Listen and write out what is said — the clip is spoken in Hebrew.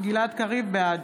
בעד